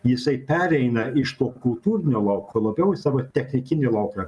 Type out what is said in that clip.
jisai pereina iš to kultūrinio lauko labiau į savo technikinį lauką